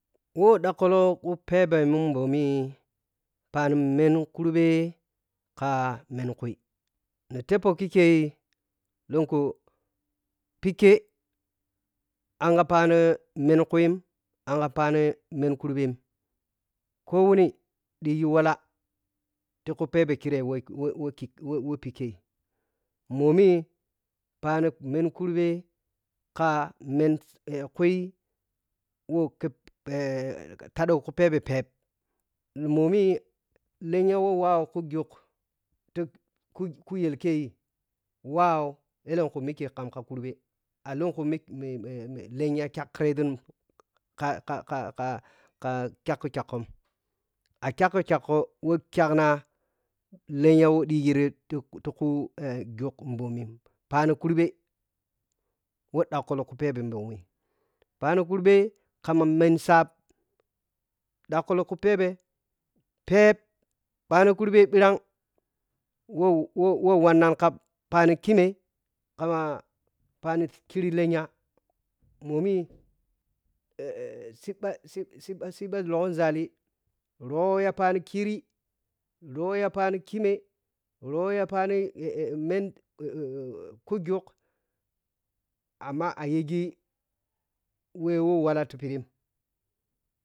Wo ɗogkhlow ku ɓhɛ mun mbomi phani mheni kurɓe ka mhen kui ni tepho kikei lunku phikɛ anghaphani mheni kui anghaphani mhen kurɓem ko wuni ɗighi wala ti ku ɓhɛɓhɛ kirei wo wo wrar phikirei momi phani meme kurɓe ka mhen ka mhen ku wɛ wep ɗaɗu ku ɓhɛbhɛ momi lenya wawa ku jughik tik u kuyel keyi wow lenku mike lam ka kurɓe alunku mike lenya iyakreȝun ka-ka-ka kyakkkykkon a kyakkɔkyakkɔn wo kyakknan lenya wo ɗigui ti tik u jughik ɓhɔmike phani kurɓe kama mhen shap ɗakklawku ɓheɓhe phep phani kurɓe ɓhrang wowe wanang ka phani khimhe kama phani khiri lenya momi shiha shi shibha lunghonzai rɔ ya phani khiri ray a phani khinhe ro ya phani kujug amma ayigi wo walla ti phiɗii.